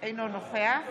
אינו נוכח